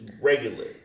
regular